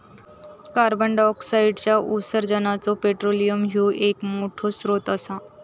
कार्बंडाईऑक्साईडच्या उत्सर्जानाचो पेट्रोलियम ह्यो एक मोठो स्त्रोत असा